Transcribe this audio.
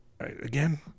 Again